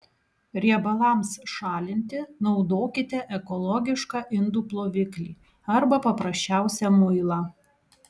riebalams šalinti naudokite ekologišką indų ploviklį arba paprasčiausią muilą